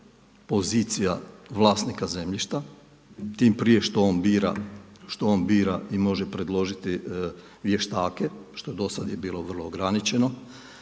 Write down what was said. pozicija vlasnika zemljišta tim prije što on bira, što on bira i može predložiti vještake što do sada je bilo vrlo ograničeno.